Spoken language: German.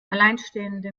alleinstehende